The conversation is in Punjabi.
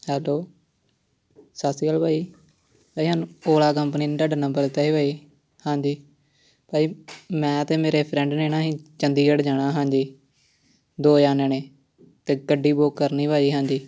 ਹੈਲੋ ਸਤਿ ਸ਼੍ਰੀ ਅਕਾਲ ਭਾਅ ਜੀ ਭਾਅ ਜੀ ਸਾਨੂੰ ਓਲਾ ਕੰਪਨੀ ਨੇ ਤੁਹਾਡਾ ਨੰਬਰ ਦਿੱਤਾ ਜੀ ਭਾਅ ਜੀ ਹਾਂਜੀ ਭਾਅ ਜੀ ਮੈਂ ਅਤੇ ਮੇਰੇ ਫਰੈਂਡ ਨੇ ਨਾ ਅਸੀਂ ਚੰਡੀਗੜ੍ਹ ਜਾਣਾ ਹਾਂਜੀ ਦੋ ਜਾਣਿਆਂ ਨੇ ਅਤੇ ਗੱਡੀ ਬੁੱਕ ਕਰਨੀ ਭਾਅ ਜੀ ਹਾਂਜੀ